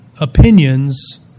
opinions